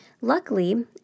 Luckily